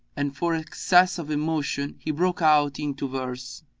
and for excess of emotion he broke out into verse,